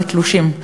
היא "תלושים".